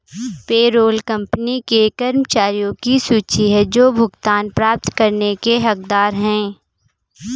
payroll company के कर्मचारियों की सूची है जो भुगतान प्राप्त करने के हकदार हैं